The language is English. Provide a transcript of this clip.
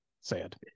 sad